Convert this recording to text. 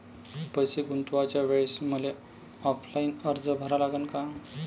पैसे गुंतवाच्या वेळेसं मले ऑफलाईन अर्ज भरा लागन का?